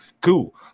cool